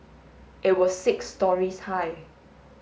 it was six storeys high